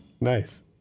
Nice